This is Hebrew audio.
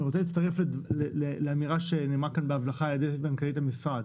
אני רוצה להצטרף לאמירה שנאמרה כאן בהבלחה על ידי מנכ"לית המשרד.